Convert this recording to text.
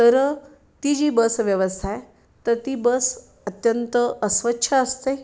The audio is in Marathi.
तर ती जी बसव्यवस्था आहे तर ती बस अत्यंत अस्वच्छ असते